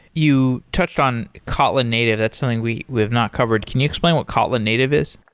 you touched on kotlin native. that's something we we have not covered. can you explain what kotlin native is?